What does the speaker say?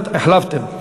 החלפתם.